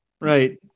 right